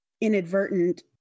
inadvertent